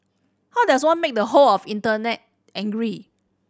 how does one make the whole of Internet angry